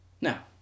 Now